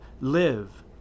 Live